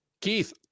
Keith